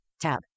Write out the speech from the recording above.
tab